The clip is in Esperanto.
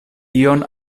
ion